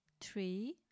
three